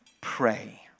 pray